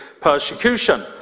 persecution